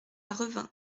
revin